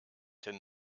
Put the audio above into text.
den